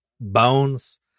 bones